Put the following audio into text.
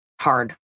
hard